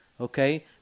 Okay